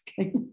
okay